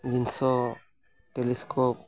ᱡᱤᱱᱤᱥ ᱦᱚᱸ ᱴᱮᱞᱤᱥᱠᱳᱯ